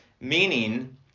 meaning